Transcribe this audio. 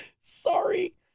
Sorry